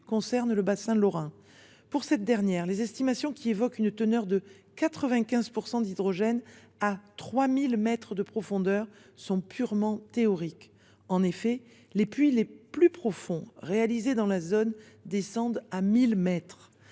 concerne le bassin lorrain. Pour ce dernier, les estimations qui font état d’une teneur de 95 % d’hydrogène à 3 000 mètres de profondeur sont purement théoriques : les puits les plus profonds réalisés dans la zone ne descendent qu’à 1 000 mètres.